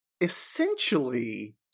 essentially